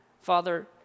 Father